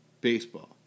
Baseball